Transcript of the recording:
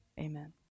amen